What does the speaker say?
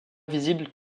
visibles